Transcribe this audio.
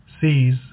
sees